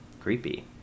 Creepy